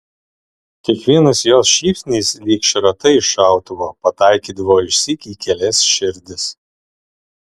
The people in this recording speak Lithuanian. kiekvienas jos šypsnys lyg šratai iš šautuvo pataikydavo išsyk į kelias širdis